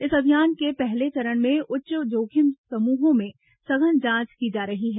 इस अभियान के पहले चरण में उच्च जोखिम समूहों में सघन जांच की जा रही है